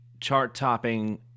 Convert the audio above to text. chart-topping